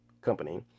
company